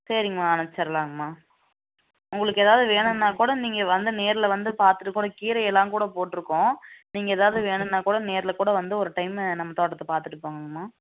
சரிங்மா அனுப்ச்சிர்லாங்கமா உங்களுக்கு எதாவது வேணும்னா கூட நீங்கள் வந்து நேரில் வந்து பார்த்துட்டு கூட கீரையெல்லாம் கூட போட்டுருக்கோம் நீங்கள் ஏதாவது வேணும்னா கூட நேரில் கூட வந்து ஒரு டைமு நம்ம தோட்டத்தை பார்த்துட்டு போங்க அம்மா